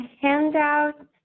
handout